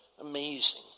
amazing